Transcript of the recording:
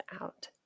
out